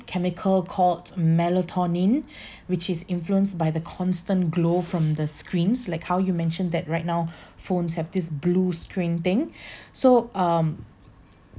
chemical called melatonin which is influenced by the constant glow from the screens like how you mentioned that right now phones have this blue screen thing so um